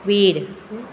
Kwid